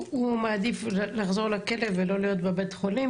הוא מעדיף לחזור לכלא ולא להיות בבית חולים,